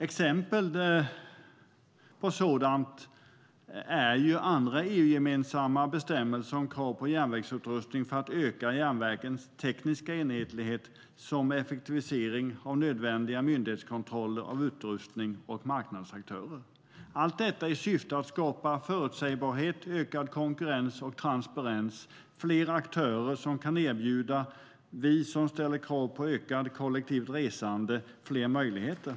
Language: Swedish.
Exempel på sådant är andra EU-gemensamma bestämmelser om krav på järnvägsutrustning för att öka järnvägens tekniska enhetlighet liksom effektivisering av nödvändiga myndighetskontroller av utrustning och marknadsaktörer. Allt detta i syfte att skapa förutsägbarhet, ökad konkurrens och transparens samt fler aktörer som kan erbjuda oss som ställer krav på ökat kollektivt resande fler möjligheter.